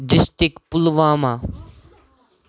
district Pulwama